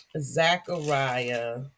Zechariah